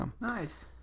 Nice